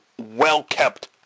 well-kept